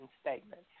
statement